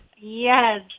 Yes